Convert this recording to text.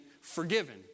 forgiven